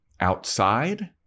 outside